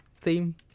theme